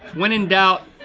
when in doubt,